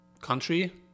country